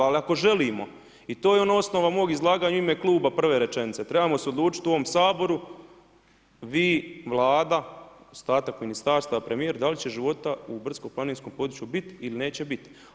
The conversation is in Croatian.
Ali ako želimo i to je ona osnova mog izlaganja u ime kluba, prve rečenice, trebamo se odlučiti u ovom Saboru, vi Vlada, ostatak ministarstava, premijer da li će života u brdsko-planinskom području biti ili neće biti.